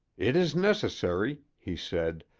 it is necessary, he said,